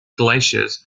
glaciers